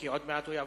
כבוד השר,